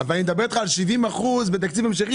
אבל אני מדבר איתך על שבעים אחוזים בתקציב המשכי,